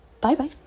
bye-bye